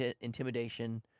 intimidation